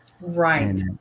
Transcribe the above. Right